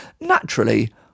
Naturally